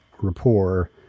rapport